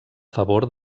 favor